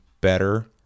better